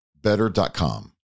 Better.com